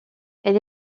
elle